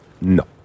No